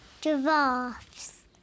Giraffes